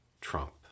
Trump